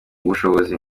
ubushobozi